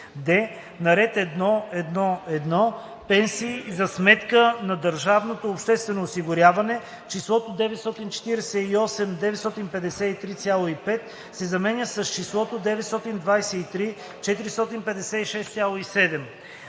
д) На ред „1.1.1. Пенсии за сметка на държавното обществено осигуряване“ числото „948 953,5“ се заменя с числото „923 456,7“.